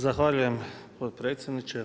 Zahvaljujem potpredsjedniče.